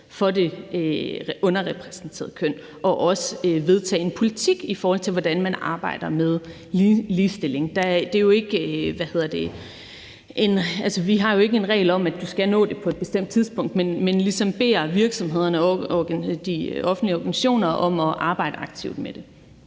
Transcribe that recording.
for det underrepræsenterede køn og også vedtage en politik, i forhold til hvordan man arbejder med ligestilling. Altså, vi har jo ikke en regel om, at du skal nå det på et bestemt tidspunkt, men beder ligesom virksomhederne og de offentlige organisationer om at arbejde aktivt med det.